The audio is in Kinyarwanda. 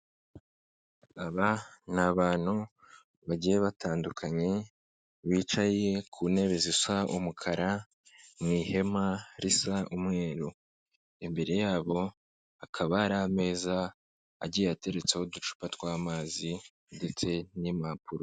Aba ni abantu bagiye batandukanye bicaye ku ntebe zisa umukara mu ihema risa umweru, imbere yabo hakaba hari ameza agiye ateretseho uducupa tw'amazi ndetse n'impapuro.